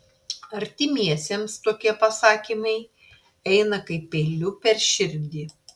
artimiesiems tokie pasakymai eina kaip peiliu per širdį